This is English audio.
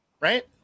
right